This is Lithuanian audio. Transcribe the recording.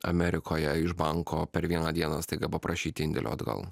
amerikoje iš banko per vieną dieną staiga paprašyti indėlio atgal